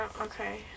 okay